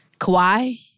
Kawhi